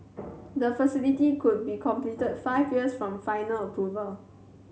the facility could be completed five years from final approval